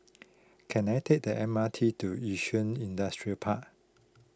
can I take the M R T to Yishun Industrial Park